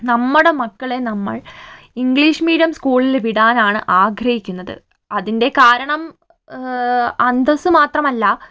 നമ്മുടെ മക്കളെ നമ്മൾ ഇംഗ്ലീഷ് മീഡിയം സ്കൂളിൽ വിടാനാണ് ആഗ്രഹിക്കുന്നത് അതിൻ്റെ കാരണം അന്തസ്സ് മാത്രമല്ല